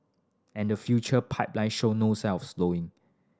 and the future pipeline show no signs of slowing